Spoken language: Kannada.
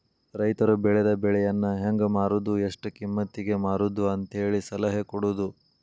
ರೈತರು ಬೆಳೆದ ಬೆಳೆಯನ್ನಾ ಹೆಂಗ ಮಾರುದು ಎಷ್ಟ ಕಿಮ್ಮತಿಗೆ ಮಾರುದು ಅಂತೇಳಿ ಸಲಹೆ ಕೊಡುದು